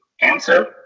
Answer